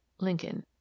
Lincoln